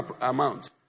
amount